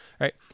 right